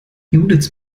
judiths